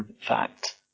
fact